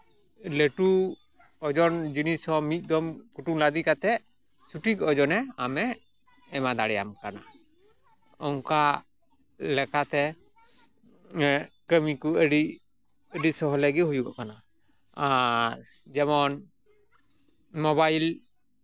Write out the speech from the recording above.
ᱞᱟᱹᱴᱩ ᱳᱡᱚᱱ ᱡᱤᱱᱤᱥ ᱦᱚᱸ ᱢᱤᱫ ᱫᱚᱢ ᱠᱩᱴᱩᱢ ᱞᱟᱫᱮ ᱠᱟᱛᱮᱫ ᱥᱚᱴᱷᱤᱠ ᱳᱡᱚᱱᱮ ᱟᱢᱮ ᱮᱢᱟᱫᱟᱲᱮᱭᱟᱢ ᱠᱟᱱᱟ ᱚᱱᱠᱟ ᱞᱮᱠᱟᱛᱮ ᱠᱟᱹᱢᱤ ᱠᱚ ᱟᱹᱰᱤ ᱟᱹᱰᱤ ᱥᱚᱦᱞᱮ ᱜᱮ ᱦᱩᱭᱩᱜᱚᱜ ᱠᱟᱱᱟ ᱟᱨ ᱡᱮᱢᱚᱱ ᱢᱳᱵᱟᱭᱤᱞ